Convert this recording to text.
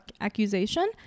accusation